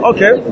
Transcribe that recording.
Okay